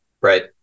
Right